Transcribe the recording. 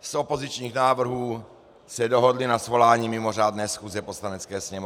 z opozičních návrhů, se dohodli na svolání mimořádné schůze Poslanecké sněmovny.